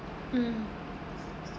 mm